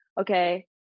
okay